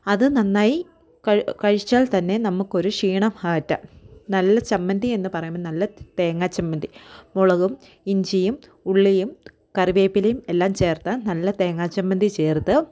അത് നന്നായി കഴിച്ചാൽ കഴിച്ചാൽ തന്നെ നമുക്ക് ഒരു ക്ഷീണം അകറ്റാം നല്ല ചമ്മന്തി എന്ന് പറയുമ്പോൾ നല്ല തേങ്ങാ ചമ്മന്തി മുളകും ഇഞ്ചിയും ഉള്ളിയും കറിവേപ്പിലയും എല്ലാം ചേർത്ത നല്ല തേങ്ങാ ചമ്മന്തി ചേർത്ത്